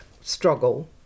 struggle